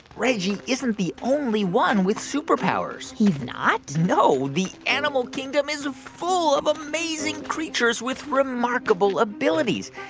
reggie isn't the only one with superpowers he's not? no, the animal kingdom is full of amazing creatures with remarkable abilities.